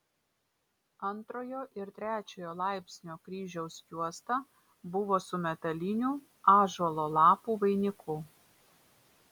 antrojo ir trečiojo laipsnio kryžiaus juosta buvo su metaliniu ąžuolo lapų vainiku